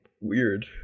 weird